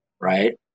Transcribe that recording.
right